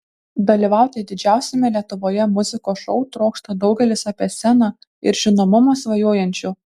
dalyvauti didžiausiame lietuvoje muzikos šou trokšta daugelis apie sceną ir žinomumą svajojančių